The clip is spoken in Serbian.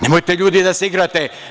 Nemojte ljudi da se igrate.